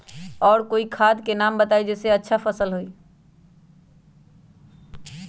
और कोइ खाद के नाम बताई जेसे अच्छा फसल होई?